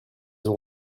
ont